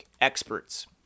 experts